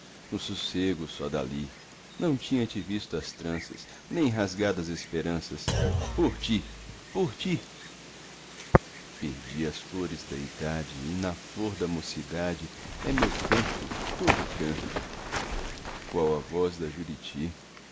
no sossego só dali não tinha te visto as tranças nem rasgado as esperanças por ti por ti perdi as flores da idade e na flor da mocidade é meu canto todo pranto qual a voz da juriti